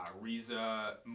Riza